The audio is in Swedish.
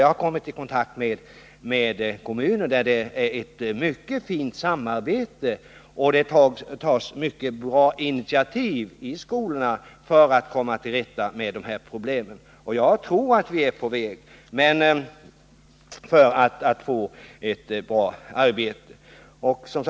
Jag har kommit i kontakt med kommuner där det finns ett mycket fint samarbete och där det tas många bra initiativ i skolorna för att komma till rätta med de här problemen. Och jag tror att vi är på väg att få ett bra arbete uträttat.